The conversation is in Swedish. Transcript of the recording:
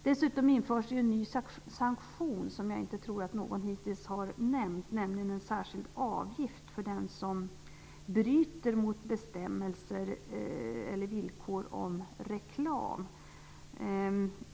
Dessutom införs ju en ny sanktion som jag inte tror att någon hittills har nämnt, nämligen en särskild avgift för den som bryter mot bestämmelser eller villkor om reklam.